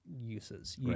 uses